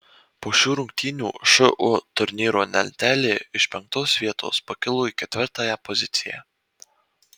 po šių rungtynių šu turnyro lentelėje iš penktos vietos pakilo į ketvirtą poziciją